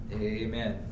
Amen